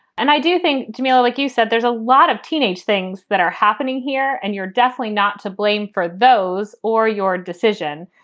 and i do think, jimmy, like you said, there's a lot of teenage things that are happening here. and you're definitely not to blame for those or your decision.